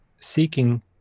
seeking